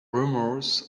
rumors